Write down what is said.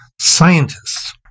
scientists